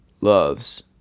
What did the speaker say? loves